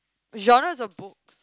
genres of book